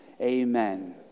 amen